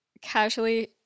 casually